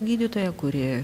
gydytoja kuri